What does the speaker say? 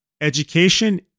education